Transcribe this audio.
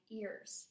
ears